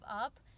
up